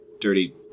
dirty